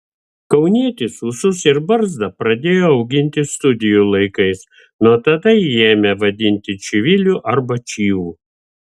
kaunietis ūsus ir barzdą pradėjo auginti studijų laikais nuo tada jį ėmė vadinti čiviliu arba čyvu